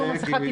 שימו מסכה,